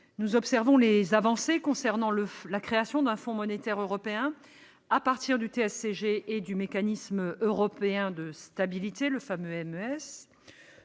Nous observons les avancées concernant la création d'un fonds monétaire européen, à partir du TSCG et du mécanisme européen de stabilité, le fameux MES.